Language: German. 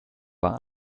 war